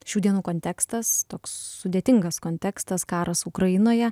šių dienų kontekstas toks sudėtingas kontekstas karas ukrainoje